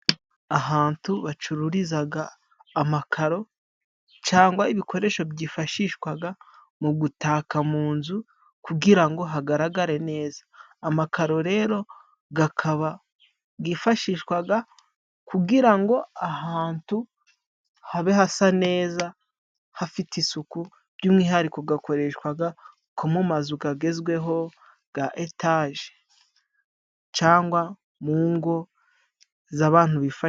Ahantu bacururizaga amakaro cangwa ibikoresho byifashishwaga mu gutaka mu nzu, kugira ngo hagaragare neza. Amakaro rero, gakaba gifashishwaga kugira ngo ahantu habe hasa neza, hafite isuku. By'umwihariko gakoreshwaga nko mu mazu gagezweho ga etaje cangwa mu ngo z'abantu bifashije.